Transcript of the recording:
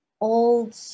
old